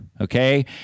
Okay